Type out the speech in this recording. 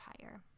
higher